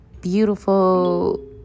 beautiful